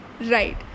right